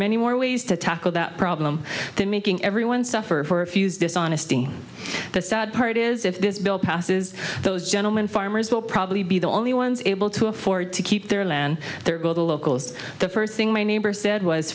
many more ways to tackle that problem than making everyone suffer for a fuse dishonesty the sad part is if this bill passes those gentlemen farmers will probably be the only ones able to afford to keep their land their go to locals the first thing my neighbor said was